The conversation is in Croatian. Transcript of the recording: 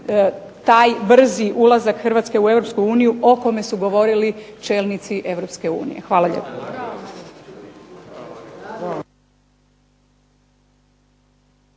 taj brzi ulazak Hrvatske u EU o kome su govorili čelnici Europske unije.